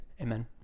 amen